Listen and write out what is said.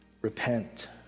repent